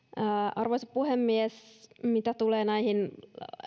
arvoisa puhemies mitä tulee näihin